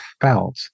felt